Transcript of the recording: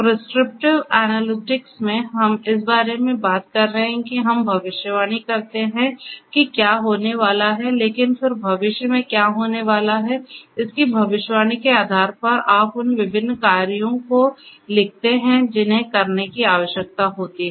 prescriptive analytics में हम इस बारे में बात कर रहे हैं कि हम भविष्यवाणी करते हैं कि क्या होने वाला है लेकिन फिर भविष्य में क्या होने वाला है इसकी भविष्यवाणी के आधार पर आप उन विभिन्न कार्यों को लिखते हैं जिन्हें करने की आवश्यकता होती है